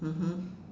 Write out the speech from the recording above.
mmhmm